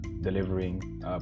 delivering